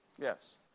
Yes